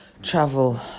travel